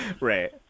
right